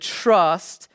trust